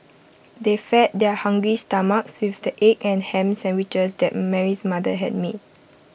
they fed their hungry stomachs with the egg and Ham Sandwiches that Mary's mother had made